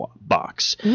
box